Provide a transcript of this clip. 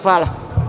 Hvala.